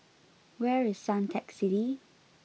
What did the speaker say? where is Suntec City